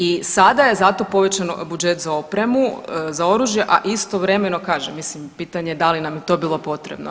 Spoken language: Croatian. I sada je zato povećan budžet za opremu za oružje, a istovremeno kažem, mislim pitanje da li nam je to bilo potrebno.